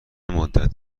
مدت